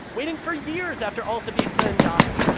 waiting for years after altavista and yahoo.